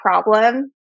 problem